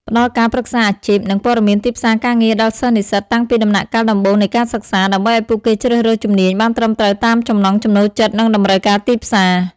ផ្តល់ការប្រឹក្សាអាជីព និងព័ត៌មានទីផ្សារការងារដល់សិស្សនិស្សិតតាំងពីដំណាក់កាលដំបូងនៃការសិក្សា ដើម្បីឱ្យពួកគេជ្រើសរើសជំនាញបានត្រឹមត្រូវតាមចំណង់ចំណូលចិត្ត និងតម្រូវការទីផ្សារ។